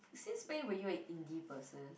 since when were you an indie person